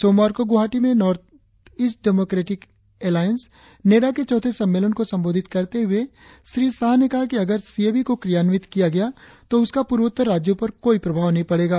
सोमवार को ग्रवाहाटी में north east democratic alliance NEDA के चौथे सम्मेलन को संबोधित करते हुए श्री शाह ने कहा कि अगर सी ए बी को क्रियान्वित किया गया तो उसका पूर्वोत्तर राज्यों पर कोई प्रभाव नहीं पड़ेगा